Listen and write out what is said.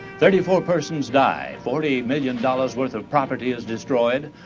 thirty four persons die. forty million dollars worth of property is destroyed.